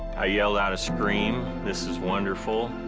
i yelled out a scream. this is wonderful.